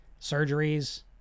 surgeries